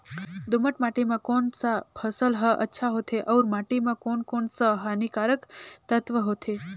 दोमट माटी मां कोन सा फसल ह अच्छा होथे अउर माटी म कोन कोन स हानिकारक तत्व होथे?